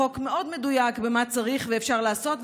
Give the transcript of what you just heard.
החוק מאוד מדויק במה צריך ואפשר לעשות,